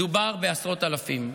מדובר בעשרות אלפים.